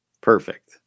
Perfect